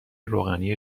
روغنی